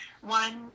One